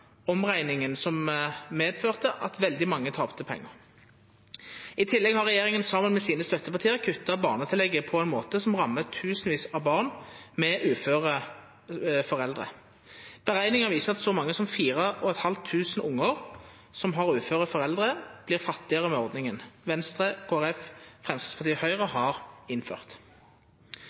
som medførte at veldig mange tapte pengar. I tillegg har regjeringa saman med støttepartia sine kutta barnetillegget på ein måte som rammar tusenvis av barn med uføre foreldre. Utrekningar viser at så mange som 4 500 ungar som har uføre foreldre, vert fattigare med ordninga Venstre, Kristeleg Folkeparti, Framstegspartiet og Høgre har innført.